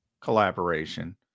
collaboration